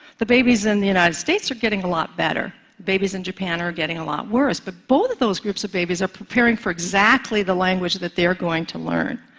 the babies in the united states are getting a lot better. babies in japan are getting a lot worse. but both of those groups of babies are preparing for exactly the language that they're going to learn.